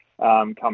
come